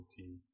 routine